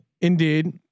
Indeed